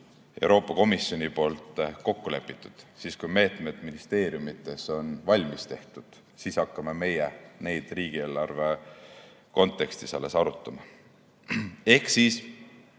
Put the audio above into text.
Euroopa Komisjoni poolt kokku lepitud. Kui meetmed on ministeeriumides valmis tehtud, siis hakkame meie neid riigieelarve kontekstis alles arutama. Ehk poole